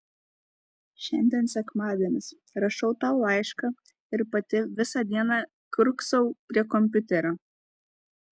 šiandien sekmadienis rašau tau laišką ir pati visą dieną kiurksau prie kompiuterio